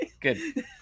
Good